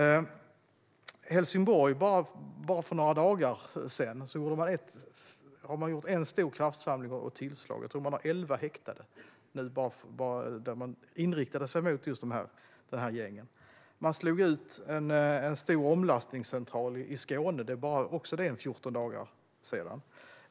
I Helsingborg gjorde man för bara några dagar sedan en stor kraftsamling och ett stort tillslag. Jag tror att man har elva häktade efter att ha inriktat sig på de här gängen. Man slog ut en stor omlastningscentral i Skåne för bara 14 dagar sedan.